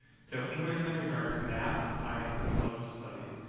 so english language, arts, math, science, and social studies.